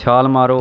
ਛਾਲ ਮਾਰੋ